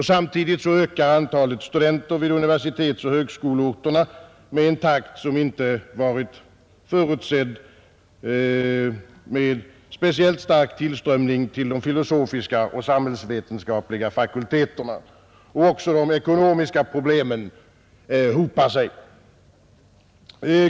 Samtidigt ökar antalet studenter på universitetsoch högskoleorterna i en takt som inte varit förutsedd, med speciellt stark tillströmning till de filosofiska och samhällsvetenskapliga fakulteterna. Också de ekonomiska problemen hopar sig.